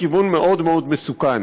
כיוון מאוד מאוד מסוכן.